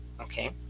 okay